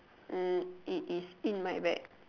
uh it is in my bag